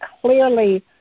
clearly